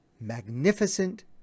magnificent